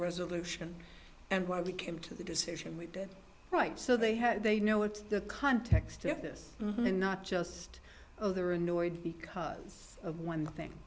resolution and why we came to the decision we did right so they have they know what the context to this and not just oh they're annoyed because of one thing